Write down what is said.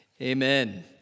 Amen